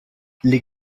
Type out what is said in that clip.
les